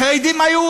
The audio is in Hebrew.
החרדים היו,